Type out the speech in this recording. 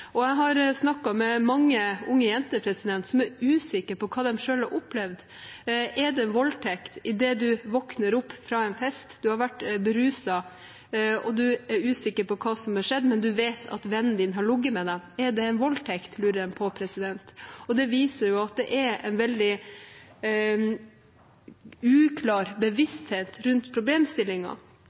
Jeg har snakket med mange unge jenter som er usikre på hva de selv har opplevd. Er det voldtekt idet man våkner opp fra en fest, har vært beruset og er usikker på hva som har skjedd, men vet at en venn har ligget med deg? Er det voldtekt, lurer de på. Det viser jo at det er en veldig uklar bevissthet rundt